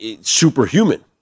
superhuman